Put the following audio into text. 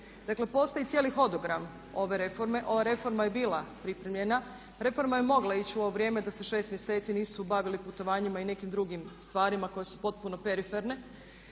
Dakle postoji cijeli hodogram ove reforme, ova reforma je bila pripremljena, reforma je mogla ići u ovo vrijeme da se 6 mjeseci nisu bavili putovanjima i nekim drugim stvarima koje su potpuno periferne.